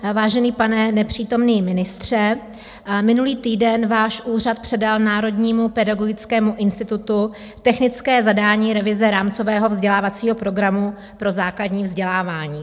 Vážený pane nepřítomný ministře, minulý týden váš úřad předal Národnímu pedagogickému institutu technické zadání revize rámcového vzdělávacího programu pro základní vzdělávání.